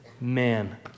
man